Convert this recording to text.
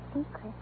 secret